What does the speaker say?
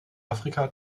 afrika